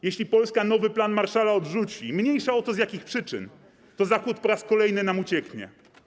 Jeśli Polska nowy plan Marshalla odrzuci, mniejsza o to, z jakich przyczyn, to Zachód po raz kolejny nam ucieknie.